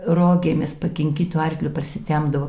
rogėmis pakinkytu arkliu parsitempdavo